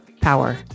power